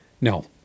No